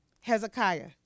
Hezekiah